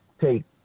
take